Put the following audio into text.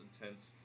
intense